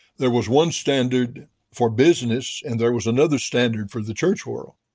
there was one standard for business and there was another standard for the church world.